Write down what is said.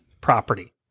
property